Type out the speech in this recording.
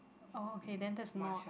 oh okay then that's not